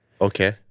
Okay